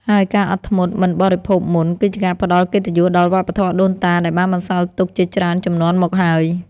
ហើយការអត់ធ្មត់មិនបរិភោគមុន គឺជាការផ្តល់កិត្តិយសដល់វប្បធម៌ដូនតាដែលបានបន្សល់ទុកជាច្រើនជំនាន់មកហើយ។